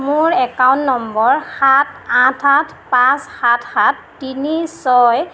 মোৰ account number সাত আঠ আঠ পাঁচ সাত সাত তিনি ছয়